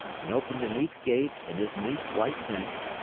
and opened the neat gate in his neat white fence,